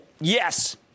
Yes